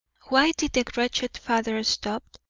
why did the wretched father stop?